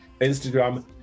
instagram